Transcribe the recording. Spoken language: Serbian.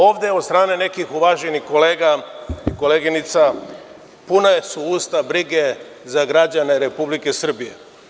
Ovde su, od strane nekih uvaženih kolega i koleginica, puna usta brige za građane Republike Srbije.